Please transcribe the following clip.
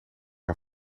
een